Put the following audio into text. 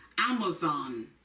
Amazon